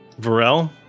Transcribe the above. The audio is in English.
Varel